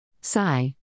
Sigh